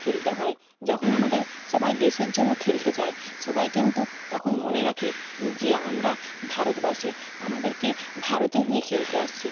খেলতে হয় যখন আমাদের সবাই দেশের জন্য খেলতে যায় সবাই কিন্তু তখন মনে রাখে যে আমরা ভারতবাসী আমাদেরকে ভারতের হয়ে খেলতে আসছি